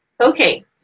Okay